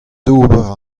d’ober